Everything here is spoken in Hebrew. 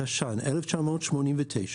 התש"ן-1989,